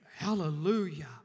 Hallelujah